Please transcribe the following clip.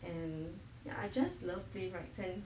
and ya I just love plane I think